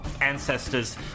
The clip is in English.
ancestors